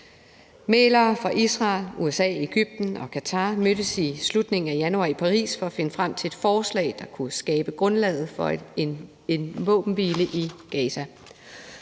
Mæglere fra Israel, USA, Egypten og Qatar mødtes i slutningen af januar i Paris for at finde frem til et forslag, der kunne skabe grundlaget for en våbenhvile i Gaza.